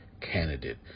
candidate